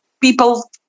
people